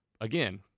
again